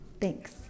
Thanks